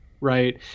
right